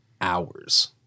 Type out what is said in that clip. hours